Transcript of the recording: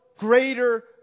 greater